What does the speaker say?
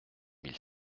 mille